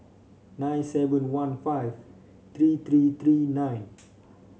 nine seven one five three three three nine